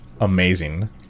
amazing